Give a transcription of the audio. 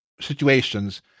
situations